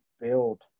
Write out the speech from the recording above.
build